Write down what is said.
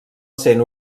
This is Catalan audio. sent